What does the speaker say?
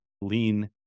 lean